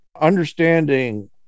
understanding